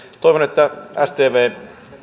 toivon että stv